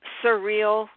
surreal